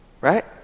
Right